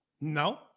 No